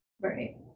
right